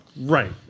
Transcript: Right